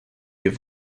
have